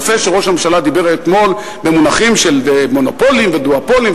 יפה שראש הממשלה דיבר אתמול במונחים של מונופולים ודואופולים,